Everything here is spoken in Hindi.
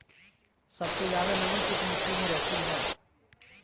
सबसे ज्यादा नमी किस मिट्टी में रहती है?